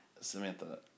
Samantha